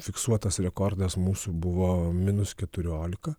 fiksuotas rekordas mūsų buvo minus keturiolika